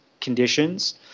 conditions